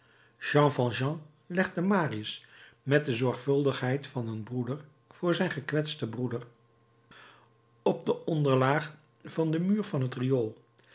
jean valjean legde marius met de zorgvuldigheid van een broeder voor zijn gekwetsten broeder op de onderlaag van den muur van het riool